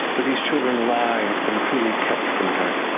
where these children lie has been cruelly kept from her,